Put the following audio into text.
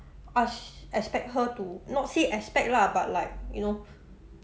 must expect her to not say expect lah but like you know